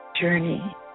journey